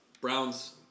Browns